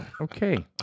Okay